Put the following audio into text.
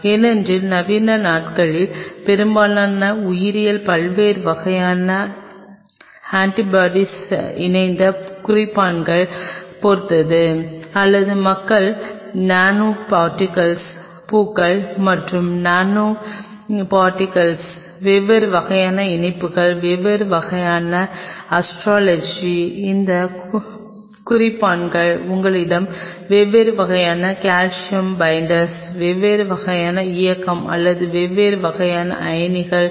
ஏனென்றால் நவீன நாட்களில் பெரும்பாலானவை உயிரியல் பல்வேறு வகையான ஆன்டிபாடி இணைந்த குறிப்பான்களைப் பொறுத்தது அல்லது மக்கள் நானோ பார்டிகிள்ஸ் பூக்கள் மற்றும் நானோ பார்டிகிள்ஸ் வெவ்வேறு வகையான இணைப்புகள் வெவ்வேறு வகையான அஸ்ட்ரோலஜி இந்த குறிப்பான்கள் உங்களிடம் வெவ்வேறு வகையான கால்சியம் பைண்டர்கள் வெவ்வேறு வகையான இயக்கம் அல்லது வெவ்வேறு வகையான அயனிகளின் சறுக்கல் உள்ளன